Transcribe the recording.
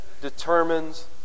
determines